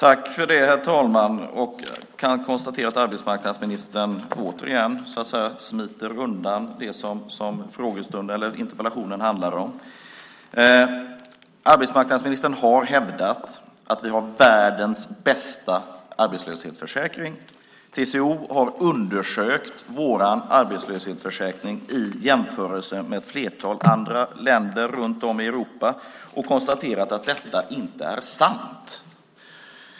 Herr talman! Jag kan konstatera att arbetsmarknadsministern återigen smiter undan det som interpellationen handlar om. Arbetsmarknadsministern har hävdat att vi har världens bästa arbetslöshetsförsäkring. TCO har undersökt vår arbetslöshetsförsäkring och jämfört med ett flertal andra länders runt om i Europa, och man konstaterar att detta inte är sant.